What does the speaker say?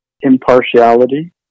impartiality